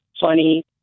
funny